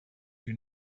you